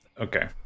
Okay